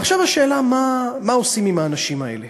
ועכשיו השאלה היא מה עושים עם האנשים האלה